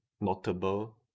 notable